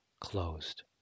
closed